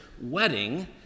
wedding